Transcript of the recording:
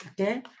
okay